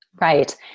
Right